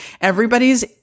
Everybody's